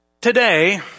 Today